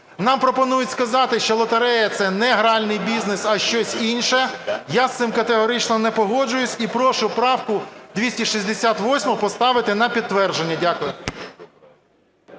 Нам пропонують сказати, що лотерея – це не гральний бізнес, а щось інше. Я з цим категорично не погоджуюся і прошу правку 268 поставити на підтвердження. Дякую.